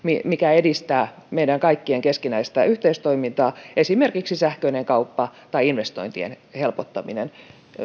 mitkä edistävät meidän kaikkien keskinäistä yhteistoimintaa esimerkiksi sähköinen kauppa tai investointien helpottaminen